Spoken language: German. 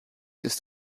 ist